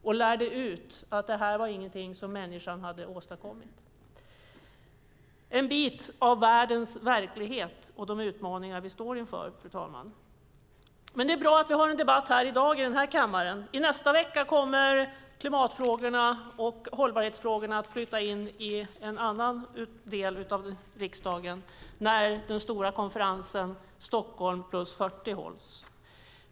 De lärde ut att detta inte var någonting som människan hade åstadkommit. Det är en bit av världens verklighet och de utmaningar vi står inför, fru talman. Men det är bra att vi har en debatt här i dag, i den här kammaren. I nästa vecka kommer klimatfrågorna och hållbarhetsfrågorna att flytta in i en annan del av riksdagen när den stora konferensen Stockholm + 40 hålls.